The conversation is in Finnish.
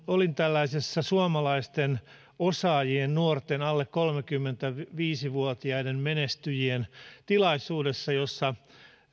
olin tällaisessa nuorten suomalaisten osaajien alle kolmekymmentäviisi vuotiaiden menestyjien tilaisuudessa jossa